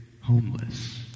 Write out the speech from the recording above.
homeless